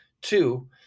Two